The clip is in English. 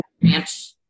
branch